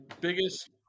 biggest